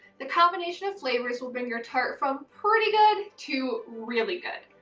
the combination of flavors will bring your tart from pretty good to really good.